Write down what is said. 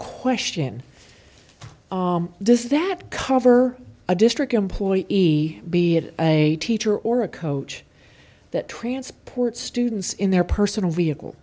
question does that cover a district employee be it a teacher or a coach that transport students in their personal vehicle